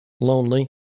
lonely